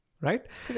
right